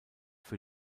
für